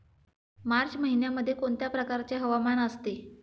मार्च महिन्यामध्ये कोणत्या प्रकारचे हवामान असते?